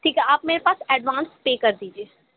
ٹھیک ہے آپ میرے پاس ایڈوانس پے کر دیجیے